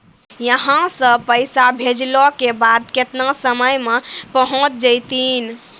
यहां सा पैसा भेजलो के बाद केतना समय मे पहुंच जैतीन?